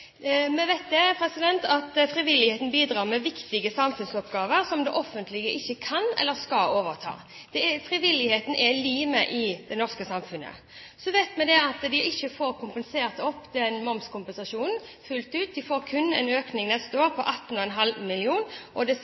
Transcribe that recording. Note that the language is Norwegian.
Vi vet at frivilligheten bidrar med viktige samfunnsoppgaver som det offentlige ikke kan eller skal overta. Frivilligheten er limet i det norske samfunnet. Så vet vi at de ikke får kompensert det som gjelder moms, fullt ut. De får kun en økning neste år på 18,5 mill. kr, og